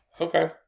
okay